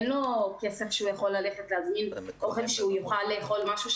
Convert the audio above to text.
אין לו כסף שהוא יכול ללכת להזמין אוכל שהוא יוכל לאכול משהו.